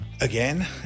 Again